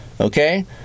Okay